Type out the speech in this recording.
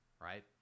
right